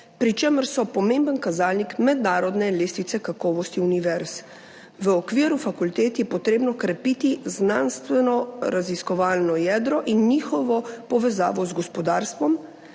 pri čemer so pomemben kazalnik mednarodne lestvice kakovosti univerz. V okviru fakultet je treba krepiti znanstvenoraziskovalno jedro in njegovo povezavo z gospodarstvom,